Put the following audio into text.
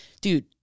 Dude